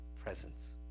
presence